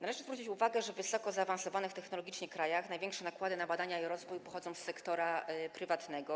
Należy zwrócić uwagę, że w wysoko zaawansowanych technologicznie krajach największe nakłady na badania i rozwój pochodzą z sektora prywatnego.